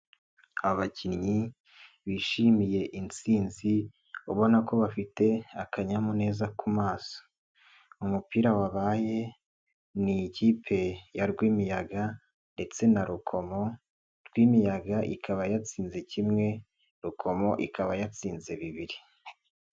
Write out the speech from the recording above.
Abakinnyi bishimiye intsinzi ubona ko bafite akanyamuneza ku maso, umupira wabaye ni Ikipe ya Rwimiyaga ndetse na Rukomo, Rwimiyaga ikaba yatsinze kimwe Rukomo ikaba yatsinze bibiri.